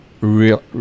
real